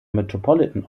metropolitan